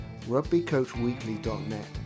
rugbycoachweekly.net